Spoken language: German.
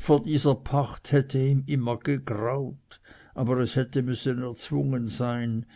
vor dieser pacht hätte ihm immer gegraut aber es hätte müssen erzwungen sein